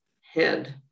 head